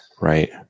right